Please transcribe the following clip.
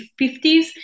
50s